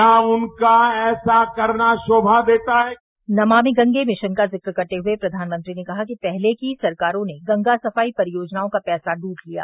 क्या उनका ऐसा करना शोभा देता है नमामि गंगे मिशन का जिक्र करते हुए प्रधानमंत्री ने कहा कि पहले की सरकारों ने गंगा सफाई परियोजनाओं का पैसा लूट लिया